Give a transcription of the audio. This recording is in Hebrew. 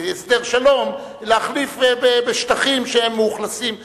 בהסדר שלום, להחליף שטחים שמאוכלסים בערבים,